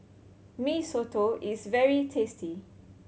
Mee Soto is very tasty